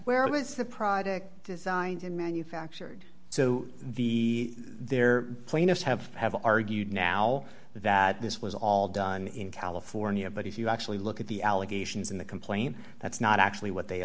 where was the product designed and manufactured so the there plaintiffs have have argued now that this was all done in california but if you actually look at the allegations in the complaint that's not actually what they